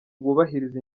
wubahiriza